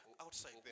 outside